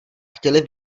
chtěli